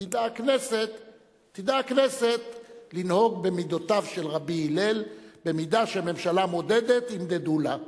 תדע הכנסת לנהוג במידותיו של רבי הלל: במידה שהממשלה מודדת ימדדו לה.